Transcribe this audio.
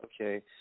okay